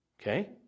Okay